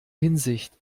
hinsicht